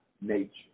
nature